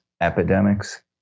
epidemics